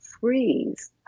freeze